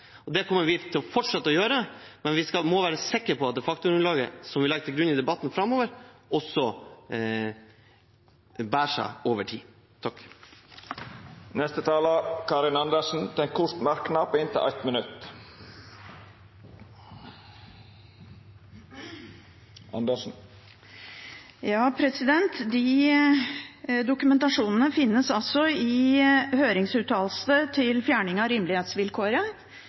Det kommer vi til å fortsette å gjøre, men vi må være sikre på at det faktagrunnlaget som vi legger til grunn i debatten framover, også står seg over tid. Representanten Karin Andersen har hatt ordet to gonger tidlegare og får ordet til ein kort merknad, avgrensa til 1 minutt. De dokumentasjonene finnes i høringsuttalelsen til fjerning av rimelighetsvilkåret,